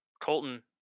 Colton